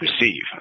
receive